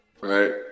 right